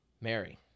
Mary